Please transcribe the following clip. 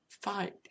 fight